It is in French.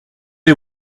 est